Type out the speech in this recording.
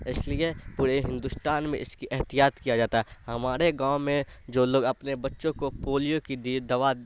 اس لیے پورے ہندوستان میں اس کی احتیاط کیا جاتا ہے ہمارے گاؤں میں جو لوگ اپنے بچوں کو پولیو کی دوا